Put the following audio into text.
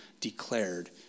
declared